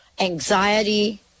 anxiety